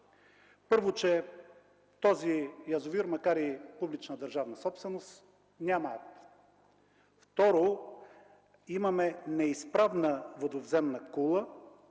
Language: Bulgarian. Първо, че този язовир, макар и публична държавна собственост, няма акт. Второ, имаме неизправна водоземна кула,